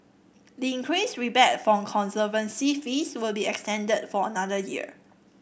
the increased rebate for conservancy fees will be extended for another year